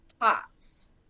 pots